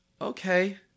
okay